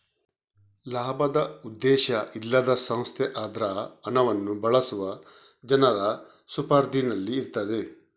ಲಾಭದ ಉದ್ದೇಶ ಇಲ್ಲದ ಸಂಸ್ಥೆ ಅದ್ರ ಹಣವನ್ನ ಬಳಸುವ ಜನರ ಸುಪರ್ದಿನಲ್ಲಿ ಇರ್ತದೆ